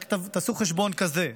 רק תעשו חשבון כזה: